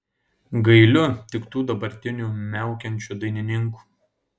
gailiu tik tų dabartinių miaukiančių dainininkų